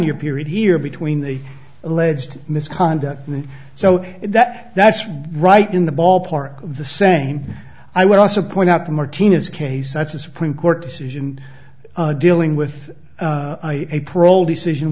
year period here between the alleged misconduct and so that that's right in the ballpark of the same i would also point out the martinez case cites a supreme court decision dealing with a parole decision